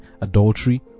adultery